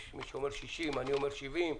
יש מי שאומר 60 ואני אומר 70,